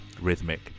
rhythmic